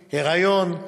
היריון,